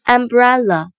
Umbrella